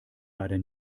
leider